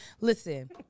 Listen